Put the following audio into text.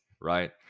right